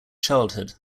childhood